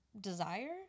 desire